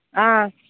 ஆ